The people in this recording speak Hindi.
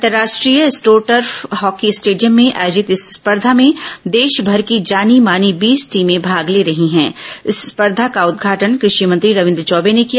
अंतर्राष्ट्रीय एस्ट्रोटर्फ हॉकी स्टेडियम में आयोजित इस स्पर्धा में देशमर की जानी मानी बीस टीमें भाग ले रही स्पर्धा का उदघाटन कृषि मंत्री रविन्द्र चौबे ने किया